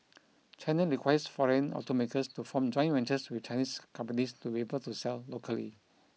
China requires foreign automakers to form joint ventures with Chinese companies to be able to sell locally